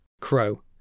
Crow